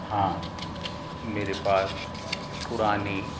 हाँ मेरे पास पुरानी